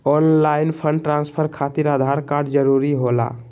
Online fund transfer खातिर Aadhaar card जरूरी होला?